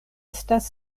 estas